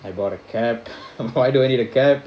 I bought a cap why do I need a cap